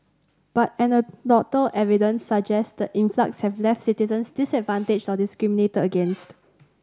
but anecdotal evidence suggests the influx have left citizens disadvantaged or discriminated against